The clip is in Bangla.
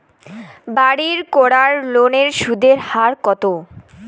বাড়ির করার লোনের সুদের হার কত?